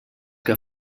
que